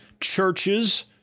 churches